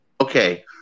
Okay